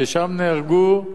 ושם נהרגו,